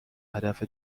هدف